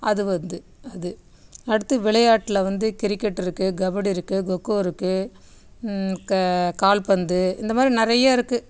அது வந்து அது அடுத்து விளையாட்டில வந்து கிரிக்கெட் இருக்குது கபடி இருக்குது கொக்கோ இருக்குது க கால்பந்து இந்தமாதிரி நிறைய இருக்குது